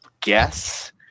guess